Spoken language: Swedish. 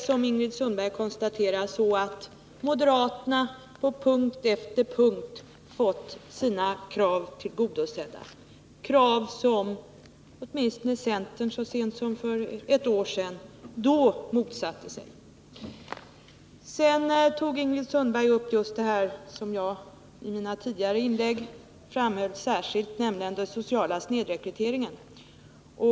Som Ingrid Sundberg konstaterar har moderaterna på punkt efter punkt fått sina krav tillgodosedda, krav som åtminstone centern så sent som för ett år sedan motsatte sig. Ingrid Sundberg tog bl.a. upp den fråga som jag särskilt framhöll i mitt tidigare inlägg, nämligen den sociala snedrekryteringen.